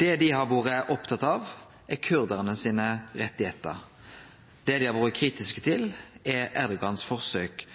Det dei har vore opptatt av, er kurdarane sine rettar. Det dei har vore kritiske til, er Ergodan sitt forsøk